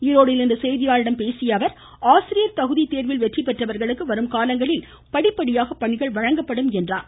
ஈரோட்டில் இன்று செய்தியாளர்களிடம் பேசிய அவர் ஆசிரியர் தகுதி தேர்வில் வெற்றிபெற்றவர்களுக்கு வரும் காலங்களில் படிப்படியாக பணிகள் வழங்கப்படும் என்று கூறினார்